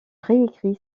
réécrit